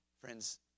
Friends